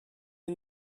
and